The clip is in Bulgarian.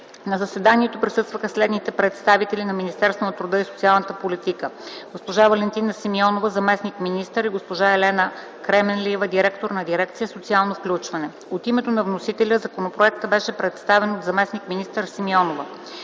На заседанието присъстваха следните представители на Министерството на труда и социалната политика: госпожа Валентина Симеонова – заместник-министър и госпожа Елена Кременлиева – директор на дирекция „Социално включване”. От името на вносителя законопроектът беше представен от заместник-министър Симеонова.